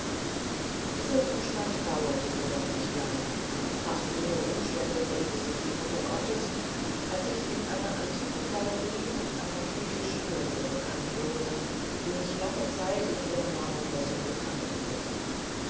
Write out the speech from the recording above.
dieser zustand dauerte jedoch nicht lange und fast ohne umstände verließ ich die muttergottes als ich in einer antikengalerie mit einer griechischen nymphe bekannt wurde die mich lange zeit in ihren marmorfesseln gefangenhielt